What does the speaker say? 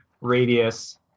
radius